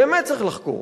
באמת צריך לחקור,